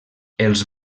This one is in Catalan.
els